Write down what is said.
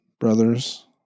brothers